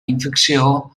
infecció